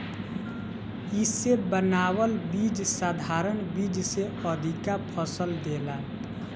इसे बनावल बीज साधारण बीज से अधिका फसल देला